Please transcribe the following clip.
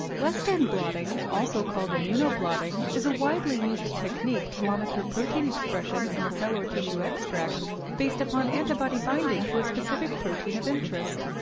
western blotting, also called immunoblotting, is a widely-used technique to monitor protein expression in and a cell or tissue extract based upon antibody binding to a specific protein of interest.